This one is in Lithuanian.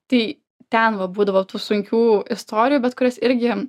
tai ten va būdavo tų sunkių istorijų bet kurias irgi